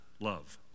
love